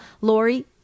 Lori